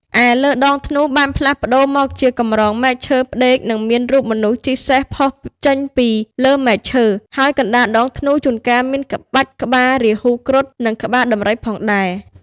ឯលើដងធ្នូបានផ្លាស់ប្តូរមកជាកម្រងមែកឈើផ្ដេក និងមានរូបមនុស្សជិះសេះផុសចេញពីលើមែកឈើ ហើយកណ្តាលដងធ្នូជួនកាលមានក្បាច់ក្បាលរាហូ គ្រុឌ និង ក្បាលដំរី ផងដែរ។